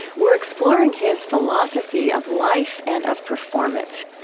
we're exploring his philosophy of life and of performance.